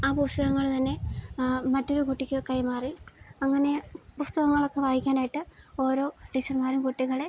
ആ പുസ്തകങ്ങള് തന്നെ മറ്റൊരു കുട്ടിക്ക് കൈമാറി അങ്ങനെ പുസ്തകങ്ങളൊക്കെ വായിക്കാനായിട്ട് ഓരോ ടീച്ചർമാരും കുട്ടികളെ